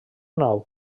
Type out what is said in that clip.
nau